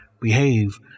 behave